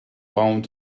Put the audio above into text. pound